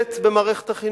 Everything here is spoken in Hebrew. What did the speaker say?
נלמדת במערכת החינוך,